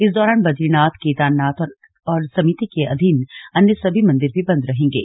इस दौरान बदरीनाथ केदारनाथ और समिति के अधीन अन्य सभी मन्दिर भी बन्द रहेंगे